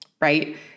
right